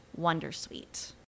wondersuite